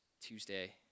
Tuesday